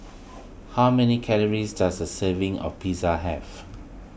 how many calories does a serving of Pizza have